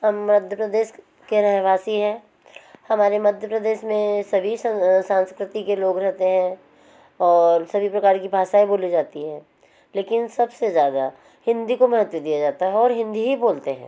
हम मध्य प्रदेश के रह वासी है हमारे मध्य प्रदेश में सभी संस्कृति लोग रहते हैं और सभी प्रकार की भाषाएं बोली जाती हैं लेकिन सबसे ज़्यादा हिंदी को महत्त्व दिया जाता है और हिंदी ही बोलते हैं